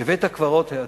בבית-הקברות העתיק,